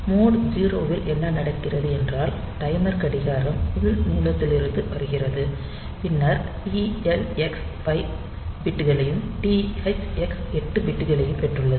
mode 0 இல் என்ன நடக்கிறது என்றால் டைமர் கடிகாரம் உள் மூலத்திலிருந்து வருகிறது பின்னர் TLX 5 பிட்களையும் THX 8 பிட்களையும் பெற்றுள்ளது